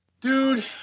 Dude